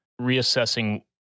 reassessing